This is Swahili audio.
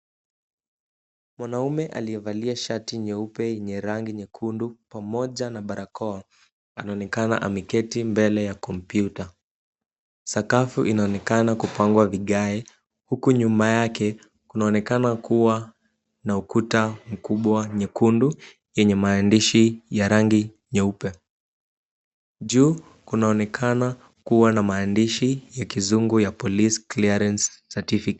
Mwanaume aliyevalia shati nyeupe yenye rangi nyekundu pamoja na barakoa anaonekana ameketi mbele ya kompyuta. Sakafu inaonekana kupangwa vigae huku nyuma yake kunaonekana kuwa na ukuta mkubwa nyekundu yenye maandishi ya rangi nyeupe. Juu kunaonekana kuwa na maandishi ya kizungu ya Police Clearance Certificate .